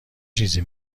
چیزی